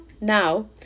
now